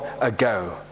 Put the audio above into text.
ago